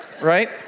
Right